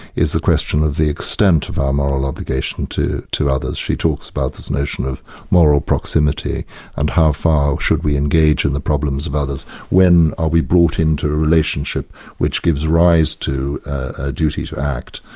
is the question of the extent of our moral obligation to to others. she talks about this notion of moral proximity and how far should we engage in the problems of others when are we brought into a relationship which gives rise to our ah duty to act?